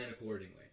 accordingly